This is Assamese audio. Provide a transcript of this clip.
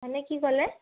মানে কি ক'লে